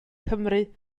cymru